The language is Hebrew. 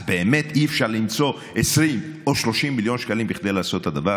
אז באמת אי-אפשר למצוא 20 או 30 מיליון שקלים כדי לעשות את הדבר?